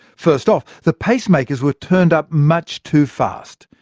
first off, the pacemakers were turned up much too fast.